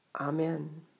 Amen